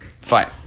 fine